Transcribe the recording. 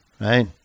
Right